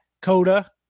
coda